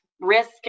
Risk